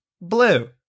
blue